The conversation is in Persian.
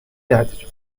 نداریم